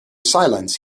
silence